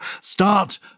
Start